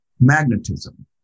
Magnetism